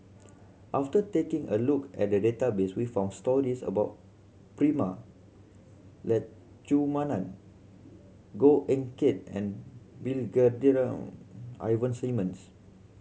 after taking a look at the database we found stories about Prema Letchumanan Goh Eck Kheng and Brigadier Ivan Simsons